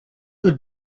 would